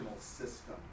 system